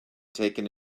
taken